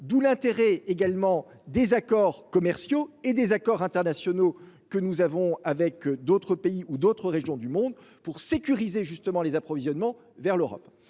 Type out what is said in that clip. d’où l’intérêt des accords commerciaux et des accords internationaux que nous avons avec d’autres pays ou d’autres régions du monde pour sécuriser, précisément, les approvisionnements vers l’Europe.